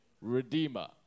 redeemer